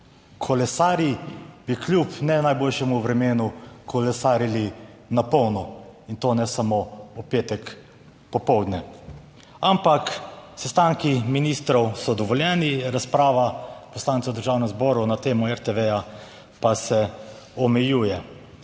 Kolesarji bi kljub ne najboljšemu vremenu kolesarili na polno. In to ne samo v petek popoldne. Ampak sestanki ministrov so dovoljeni, razprava poslancev v državnem zboru na temo RTV pa se omejuje.